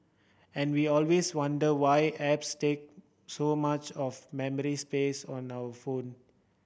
and we always wonder why apps take so much of memory space on our phone